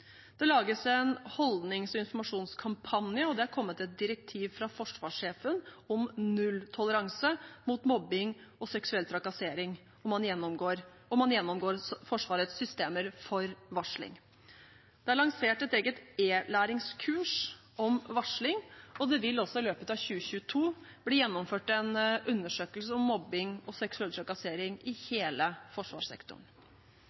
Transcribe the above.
Det lages en holdnings- og informasjonskampanje, og det er kommet et direktiv fra forsvarssjefen om nulltoleranse mot mobbing og seksuell trakassering, og man gjennomgår Forsvarets systemer for varsling. Det er lansert et eget e-læringskurs om varsling, og det vil også i løpet av 2022 bli gjennomført en undersøkelse om mobbing og seksuell trakassering i